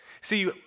See